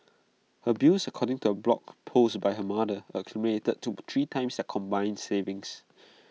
her bills according to A blog post by her mother accumulated to three times their combined savings